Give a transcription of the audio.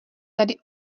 tady